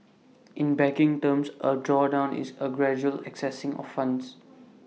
in banking terms A drawdown is A gradual accessing of funds